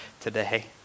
today